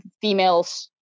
females